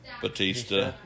Batista